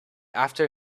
after